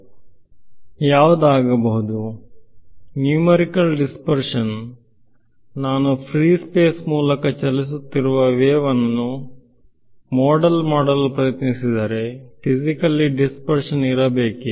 ಆದ್ದರಿಂದ ಯಾವುದು ಆಗಬಹುದು ಆದ್ದರಿಂದ ನ್ಯೂಮರಿಕಲ್ ಡಿಸ್ಪರ್ಶನ್ ನಾನು ಫ್ರೀ ಸ್ಪೇಸ್ ಮೂಲಕ ಚಲಿಸುತ್ತಿರುವ ವೇವ್ ಅನ್ನು ಮೋಡಲ್ ಮಾಡಲು ಪ್ರಯತ್ನಿಸಿದರೆ ಫಿಸಿಕಲ್ಲಿ ಡಿಸ್ಪರ್ಶನ್ ಇರಬೇಕೇ